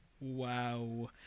Wow